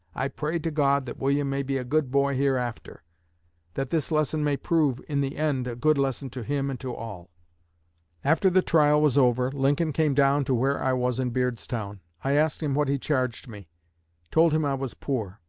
i pray to god that william may be a good boy hereafter that this lesson may prove in the end a good lesson to him and to all after the trial was over, lincoln came down to where i was in beardstown. i asked him what he charged me told him i was poor.